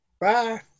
bye